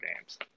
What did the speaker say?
games